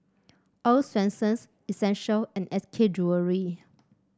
Earl's Swensens Essential and S K Jewellery